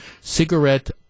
cigarette